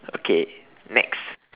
okay next